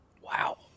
wow